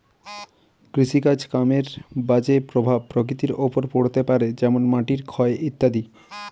কৃষিকাজ কামের বাজে প্রভাব প্রকৃতির ওপর পড়তে পারে যেমন মাটির ক্ষয় ইত্যাদি